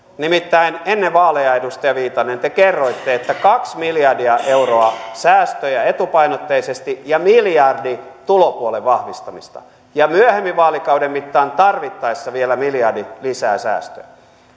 nimittäin ennen vaaleja edustaja viitanen te kerroitte että kaksi miljardia euroa säästöjä etupainotteisesti ja miljardi tulopuolen vahvistamista ja myöhemmin vaalikauden mittaan tarvittaessa vielä miljardi lisää säästöä